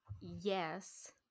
yes